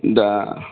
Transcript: दा